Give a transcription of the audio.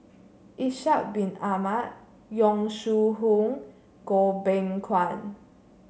Ishak Bin Ahmad Yong Shu Hoong Goh Beng Kwan